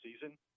season